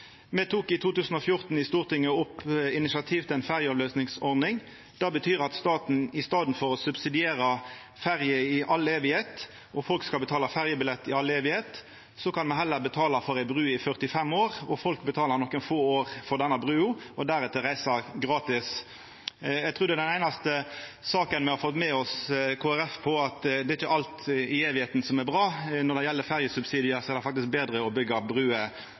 Me tok i 2014 i Stortinget initiativ til ei ferjeavløysingsordning. Det betyr at i staden for at staten skal subsidiera ferje i all æve og folk betale ferjebillett i all æve, kan me heller betala for ei bru i 45 år og folk betala i nokre få år for denne brua og deretter reise gratis. Eg trur det er den einaste saka der me har fått med oss Kristeleg Folkeparti på at det ikkje er alt i æva som er bra. Når det gjeld ferjesubsidier, er det faktisk betre å byggja bruer.